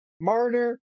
Marner